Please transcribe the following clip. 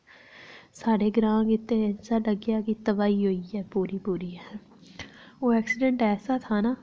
साढ़े ग्रांऽ गित्तै ते क्या तबाही होई ऐ पूरी पूरी ओह् एक्सीडैंट था ना